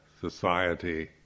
society